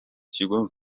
kigo